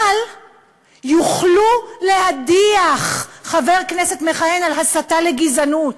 אבל יוכלו להדיח חבר כנסת מכהן על הסתה לגזענות.